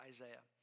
Isaiah